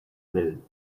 moon